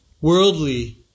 worldly